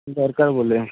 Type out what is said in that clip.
দরকার বলে